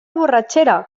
borratxera